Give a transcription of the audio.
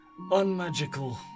unmagical